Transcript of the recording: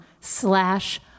slash